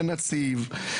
לנציב.